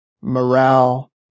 morale